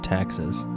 Taxes